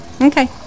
okay